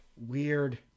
weird